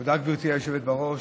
תודה, גברתי היושבת בראש.